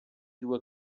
due